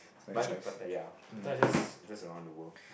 but I think Pattaya Pattaya is just just around the world